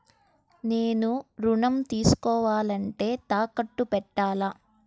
నేను ఋణం తీసుకోవాలంటే తాకట్టు పెట్టాలా?